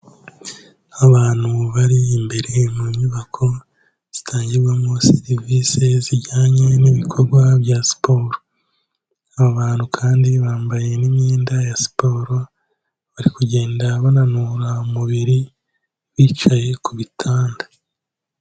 Abantu bari imbere mu nyubako zitangirwamo serivise zijyanye n'ibikorwa bya siporo, abo bantu kandi bambaye n'imyenda ya siporo, bari kugenda bananura umubiri bicaye ku bitanda.